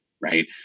Right